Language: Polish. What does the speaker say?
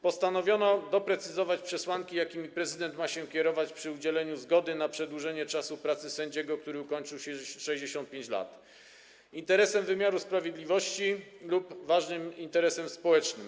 Postanowiono doprecyzować przesłanki, jakimi ma się kierować prezydent przy udzielaniu zgody na przedłużenie czasu pracy sędziego, który ukończył 65 lat - interesem wymiaru sprawiedliwości lub ważnym interesem społecznym.